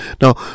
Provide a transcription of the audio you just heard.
Now